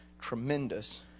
tremendous